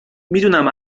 میدونم